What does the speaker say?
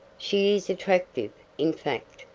she is attractive. in fact,